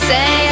Say